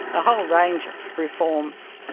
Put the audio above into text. a whole range of reforms.